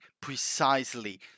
precisely